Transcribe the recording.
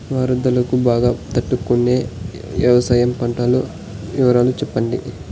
వరదలకు బాగా తట్టు కొనే వ్యవసాయ పంటల వివరాలు చెప్పండి?